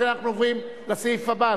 לכן אנחנו עוברים לסעיף הבא,